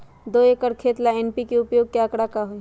दो एकर खेत ला एन.पी.के उपयोग के का आंकड़ा होई?